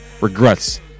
regrets